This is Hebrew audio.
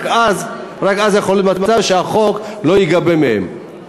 רק אז ייווצר מצב שהחוב לא ייגבה מהם.